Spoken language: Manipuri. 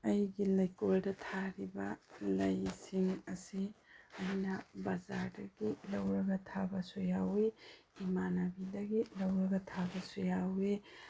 ꯑꯩꯒꯤ ꯂꯩꯀꯣꯜꯗ ꯊꯥꯔꯤꯕ ꯂꯩꯁꯤꯡ ꯑꯁꯤ ꯑꯩꯅ ꯕꯖꯥꯔꯗꯒꯤ ꯂꯧꯔꯒ ꯊꯥꯕꯁꯨ ꯌꯥꯎꯏ ꯏꯃꯥꯟꯅꯕꯤꯗꯒꯤ ꯂꯧꯔꯒ ꯊꯥꯕꯁꯨ ꯌꯥꯎꯏ